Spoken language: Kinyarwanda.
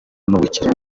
n’ubukire